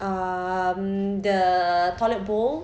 um the toilet bowl